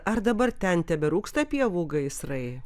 ar dabar ten teberūksta pievų gaisrai